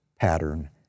pattern